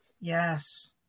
Yes